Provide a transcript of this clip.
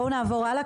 בואו נעבור הלאה,